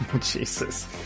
Jesus